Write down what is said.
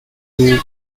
too